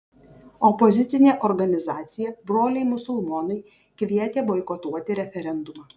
opozicinė organizacija broliai musulmonai kvietė boikotuoti referendumą